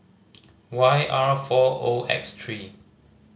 Y R four O X three